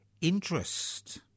interest